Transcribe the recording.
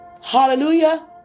Hallelujah